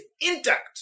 intact